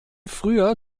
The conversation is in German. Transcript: früher